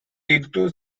includes